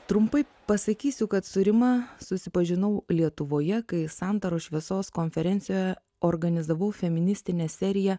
trumpai pasakysiu kad su rima susipažinau lietuvoje kai santaros šviesos konferencijoje organizavau feministinę seriją